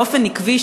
באופן עקבי,